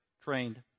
trained